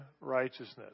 righteousness